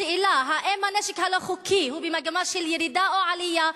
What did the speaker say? השאלה: האם הנשק הלא-חוקי הוא במגמה של ירידה או עלייה?